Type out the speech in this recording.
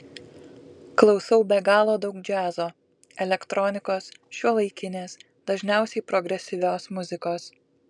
klausau be galo daug džiazo elektronikos šiuolaikinės dažniausiai progresyvios muzikos